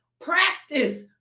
Practice